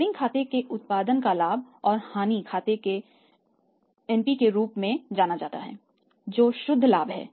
trading खाते के उत्पादन का लाभ और हानि खाते को एनपी के रूप में जाना जाता है जो शुद्ध लाभ है